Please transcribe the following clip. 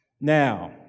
Now